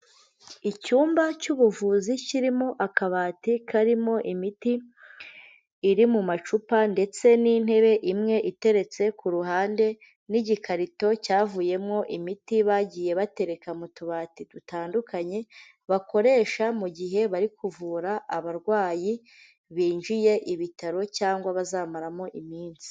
Icyumba cy'ubuvuzi kirimo akabati karimo imiti iri mu macupa ndetse n'intebe imwe iteretse ku ruhande n'igikarito cyavuyemo imiti bagiye batereka mu tubati dutandukanye, bakoresha mu gihe bari kuvura abarwayi binjiye ibitaro cyangwa bazamaramo iminsi.